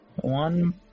One